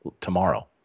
tomorrow